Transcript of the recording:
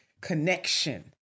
connection